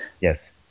Yes